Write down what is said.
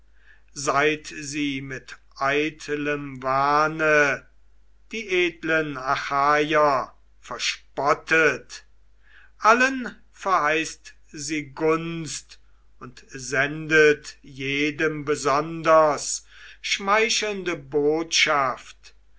seit sie mit eitlem wahne die edlen achaier verspottet allen verheißt sie gunst und sendet jedem besonders schmeichelnde botschaft